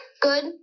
Good